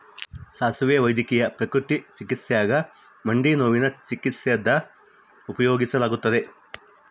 ಸಾಸುವೆ ವೈದ್ಯಕೀಯ ಪ್ರಕೃತಿ ಚಿಕಿತ್ಸ್ಯಾಗ ಮಂಡಿನೋವಿನ ಚಿಕಿತ್ಸ್ಯಾಗ ಉಪಯೋಗಿಸಲಾಗತ್ತದ